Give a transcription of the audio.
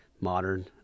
modern